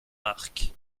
marc